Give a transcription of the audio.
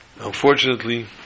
unfortunately